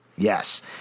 Yes